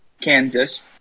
Kansas